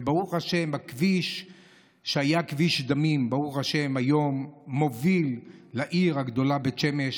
וברוך השם הכביש שהיה כביש דמים היום מוביל לעיר הגדולה בית שמש